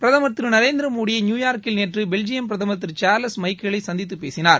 பிரதமர் திரு நரேந்திரமோடி நியூயார்க்கில் நேற்று பெல்ஜியம் பிரதமர் திரு சார்லஸ் மைக்கேலை சந்தித்துப் பேசினார்